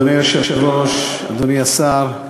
אדוני היושב-ראש, אדוני השר,